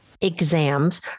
exams